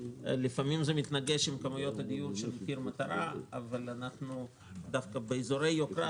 לפעמים זה מתנגש עם כמויות הדיור של מחיר מטרה אבל באזורי יוקרה,